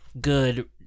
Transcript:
good